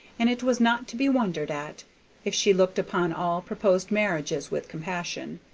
and it was not to be wondered at if she looked upon all proposed marriages with compassion.